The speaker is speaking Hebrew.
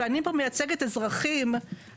ואני פה מייצגת אזרחים,